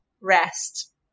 rest